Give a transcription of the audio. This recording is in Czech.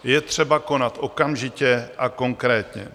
Je třeba konat okamžitě a konkrétně.